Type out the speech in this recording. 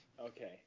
Okay